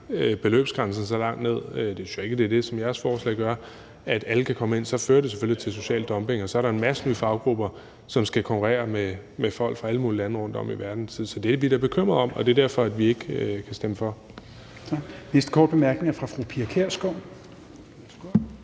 beløbsgrænsen så langt ned – nu synes jeg ikke, det er det, man gør med jeres forslag – at alle kan komme ind, så fører det selvfølgelig til social dumping, og så er der en masse nye faggrupper, som skal konkurrere med folk fra alle mulige lande rundtom i verden. Så det er vi da bekymrede for, og det er derfor, at vi ikke kan stemme for